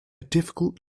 difficult